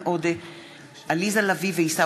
דב חנין ואכרם חסון